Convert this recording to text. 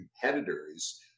competitors